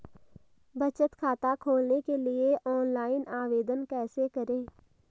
बचत खाता खोलने के लिए ऑनलाइन आवेदन कैसे करें?